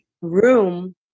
room